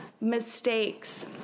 mistakes